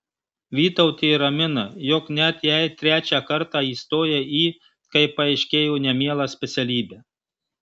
vytautė ramina jog net jei trečią kartą įstojai į kaip paaiškėjo nemielą specialybę